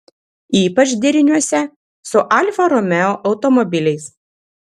ypač deriniuose su alfa romeo automobiliais